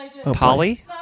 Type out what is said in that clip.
Polly